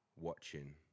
watching